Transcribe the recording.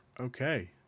Okay